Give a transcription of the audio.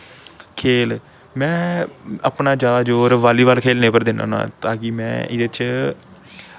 खेल में अपना ज्यादा ज़ोर बालीबाल खेलने उप्पर दिन्नां होन्ना ताकि में एह्दे च